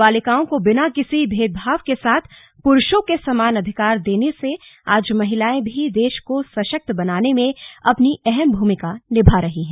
बालिकाओं को बिना किसी भेदभाव के साथ पुरूषों के समान अधिकार देने से आज महिलांए भी देश को सशक्त बनाने में अपनी अहम भूमिका निभा रही हैं